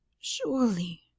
surely